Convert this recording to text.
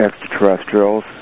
extraterrestrials